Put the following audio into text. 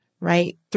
right